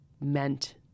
meant